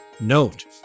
Note